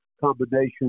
combination